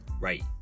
right